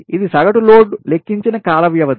ఇది సగటు లోడ్ లెక్కించిన కాల వ్యవధి